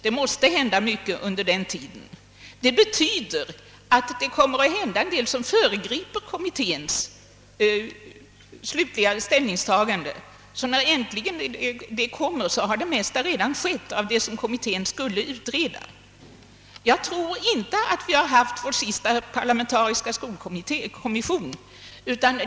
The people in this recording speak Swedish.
Det måste hända mycket under den tiden, vilket kan föregripa kommitténs slutliga ställningstagande, så att när detta äntligen föreligger har det mesta av vad kommittén skulle utreda redan genomförts. Jag tror inte vi har haft vår sista parlamentariska skolkommission.